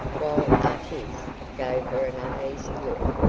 while artis gave her an uneasy look.